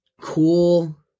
cool